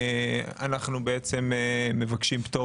אנחנו מבקשים פטור